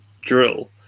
drill